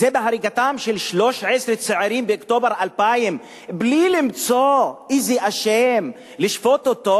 זה בהריגתם של 13 צעירים באוקטובר 2000 בלי למצוא איזה אשם לשפוט אותו?